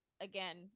again